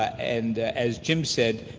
and as jim said,